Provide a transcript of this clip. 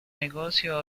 negocio